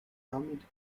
damit